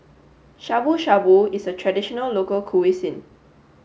Shabu Shabu is a traditional local cuisine